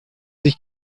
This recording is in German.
sich